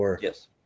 Yes